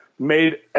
made